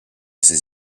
ses